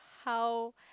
how